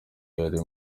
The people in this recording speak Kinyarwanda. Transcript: yari